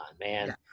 man